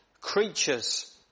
creatures